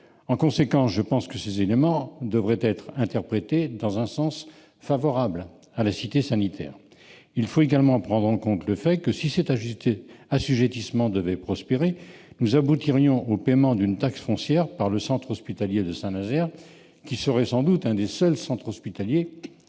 En conséquence, je pense que ces éléments devraient être interprétés dans un sens favorable à la Cité sanitaire. Il faut également prendre en compte le fait que, si cet assujettissement devait prospérer, nous aboutirions au paiement d'une taxe foncière par le centre hospitalier de Saint-Nazaire, qui serait sans doute l'un des seuls centres hospitaliers dans